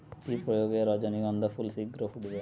কি প্রয়োগে রজনীগন্ধা ফুল শিঘ্র ফুটবে?